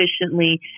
efficiently